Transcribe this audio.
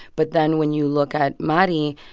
but then when you look at mari,